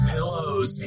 Pillows